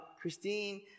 Christine